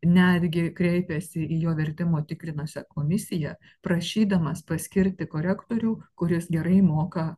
netgi kreipėsi į jo vertimo tikrinusią komisiją prašydamas paskirti korektorių kuris gerai moka